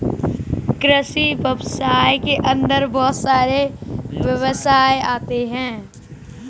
कृषि व्यवसाय के अंदर बहुत सारे व्यवसाय आते है